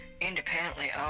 independently